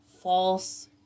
false